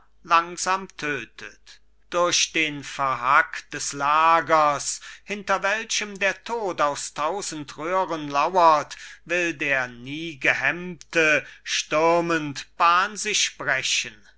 langsam tötet durch den verhack des lagers hinter welchem der tod aus tausend röhren lauert will der niegehemmte stürmend bahn sich brechen